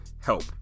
help